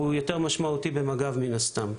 הוא יותר משמעותי במג"ב, מן הסתם.